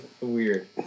weird